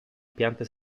piante